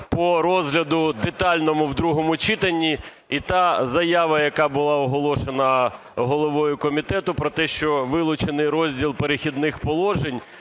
по розгляду детальному в другому читанні. І та заява, яка була оголошена головою комітету, про те, що вилучений розділ "Перехідних положень",